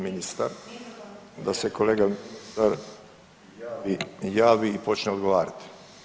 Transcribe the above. Ministar, da se kolega javi i počne odgovarati.